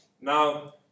Now